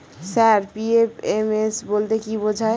Sir PFMS বলতে কি বোঝায়?